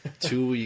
two